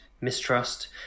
mistrust